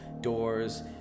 doors